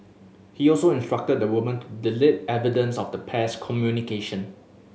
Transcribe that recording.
he also instructed the woman to delete evidence of the pair's communication